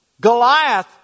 Goliath